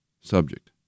subject